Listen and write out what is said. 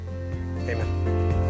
Amen